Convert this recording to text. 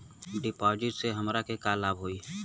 डिपाजिटसे हमरा के का लाभ होई?